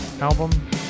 album